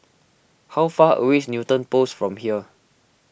how far away is Newton Post from here